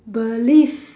believe